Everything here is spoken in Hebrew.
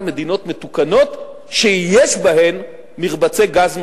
מדינות מתוקנות שיש בהן מרבצי גז משמעותיים,